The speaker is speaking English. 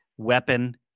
weapon